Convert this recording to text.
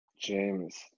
James